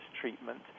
treatment